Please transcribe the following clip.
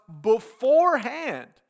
beforehand